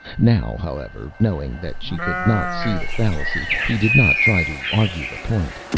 now, however, knowing that she could not see the fallacy, he did not try to argue the point.